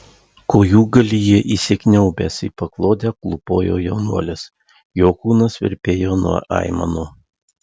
kojūgalyje įsikniaubęs į paklodę klūpojo jaunuolis jo kūnas virpėjo nuo aimanų